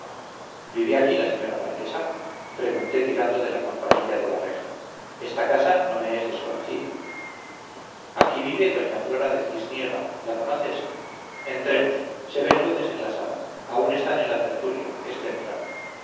vive aquí la señora marquesa pregunté tirando de la campanilla de la reja esta casa no me es desconocida aquí vive doña flora de cisniega la conoces entremos se ven luces en la sala aún están en la tertulia es temprano